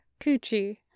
Coochie